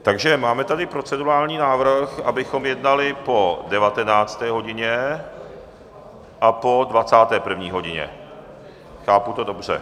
Takže máme tady procedurální návrh, abychom jednali po 19. hodině a po 21. hodině, chápu to dobře?